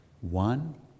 one